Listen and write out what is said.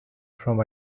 from